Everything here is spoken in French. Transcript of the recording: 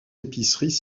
épiceries